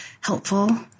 helpful